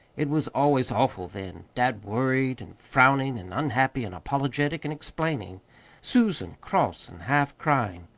it was always awful then dad worried and frowning and unhappy and apologetic and explaining susan cross and half-crying.